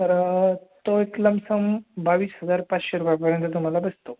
तर तो एक लमसम बावीस हजार पाचशे रुपयापर्यंत तुम्हाला बसतो